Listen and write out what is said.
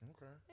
Okay